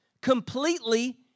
completely